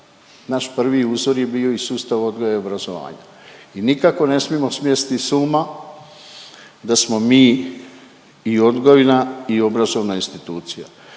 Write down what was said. Naš prvi uzor je bio iz sustava odgoja i obrazovanja i nikako ne smijemo smesti s uma da smo mi i odgojna i obrazovna institucija.